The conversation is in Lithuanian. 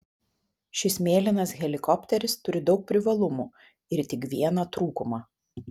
šis mėlynas helikopteris turi daug privalumų ir tik vieną trūkumą